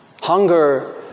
Hunger